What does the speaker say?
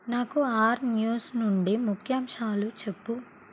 నాకు R news నుండి ముఖ్యాంశాలు చెప్పు